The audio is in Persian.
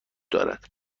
دارد